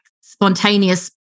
spontaneous